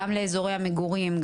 גם לאזורי המגורים,